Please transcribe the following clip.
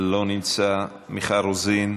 לא נמצא, מיכל רוזין,